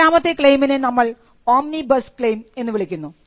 ഏഴാമത്തെ ക്ളെയിമിനെ നമ്മൾ ഓമ്നിബസ് ക്ളെയിം എന്ന് വിളിക്കുന്നു